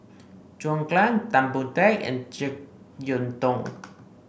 John Clang Tan Boon Teik and JeK Yeun Thong